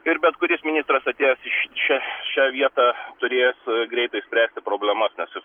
ir bet kuris ministras atėjęs iš čia šią vietą turės greitai spręsti problemas nes j